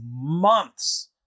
months